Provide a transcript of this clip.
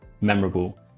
memorable